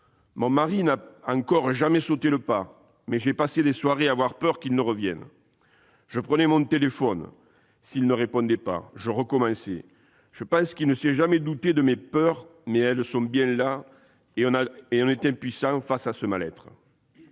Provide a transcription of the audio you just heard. Mon mari n'a encore jamais sauté le pas, mais j'ai passé des soirées à avoir peur qu'il ne revienne. Je prenais mon téléphone ; s'il ne répondait pas, je recommençais. Je pense qu'il ne s'est jamais douté de mes peurs, mais elles sont bien là et on est impuissant face à ce mal-être.